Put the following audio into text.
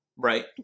Right